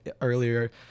earlier